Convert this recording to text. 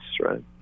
right